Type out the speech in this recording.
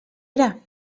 era